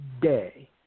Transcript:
day